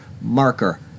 marker